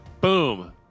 Boom